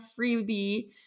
freebie